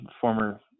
former